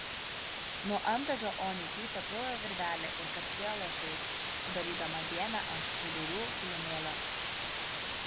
nuo antakio oniui tįso kraujo virvelė ir kapsėjo lašais sudarydama dėmę ant skudurų kilimėlio